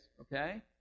okay